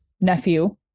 nephew